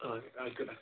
ആ ആയിക്കോട്ടെ